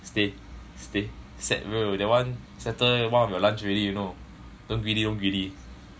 stead stead set bro that one settle one of your lunch you know don't greedy don't greedy